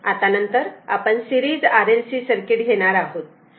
आता नंतर आपण series R L C circuit घेणार आहोत